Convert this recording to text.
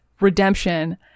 redemption